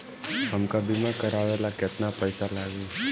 हमका बीमा करावे ला केतना पईसा लागी?